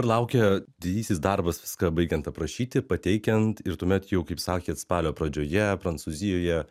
laukia didysis darbas viską baigiant aprašyti pateikiant ir tuomet jau kaip sakėt spalio pradžioje prancūzijoje